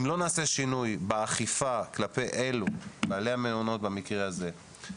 אם לא נעשה שינוי באכיפה כלפי בעלי המעונות ששוכרים